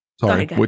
Sorry